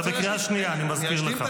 אתה כבר בקריאה שנייה, אני מזכיר לך.